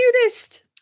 cutest